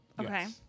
Okay